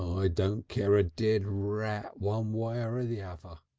i don't care a dead rat one way or ah the and